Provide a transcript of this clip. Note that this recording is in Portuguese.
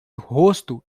rosto